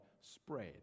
spread